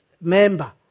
member